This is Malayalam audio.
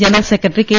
general secretary K